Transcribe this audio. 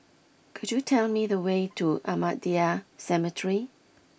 could you tell me the way to Ahmadiyya Cemetery